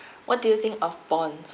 what do you think of bonds